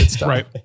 Right